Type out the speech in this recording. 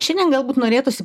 šiandien galbūt norėtųsi